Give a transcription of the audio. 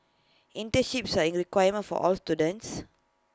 internships are A requirement for all students